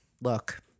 look